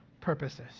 purposes